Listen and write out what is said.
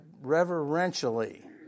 reverentially